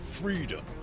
freedom